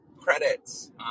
credits